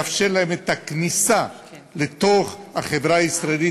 לאפשר להם את הכניסה לתוך החברה הישראלית,